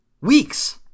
weeks